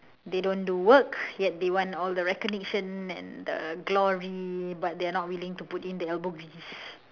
they don't do work yet they want all the recognition and the glory but they are not willing to put in the elbow grease